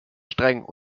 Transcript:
streng